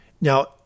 Now